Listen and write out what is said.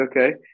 okay